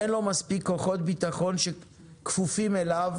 אין לו מספיק כוחות ביטחון שכפופים אליו,